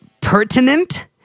pertinent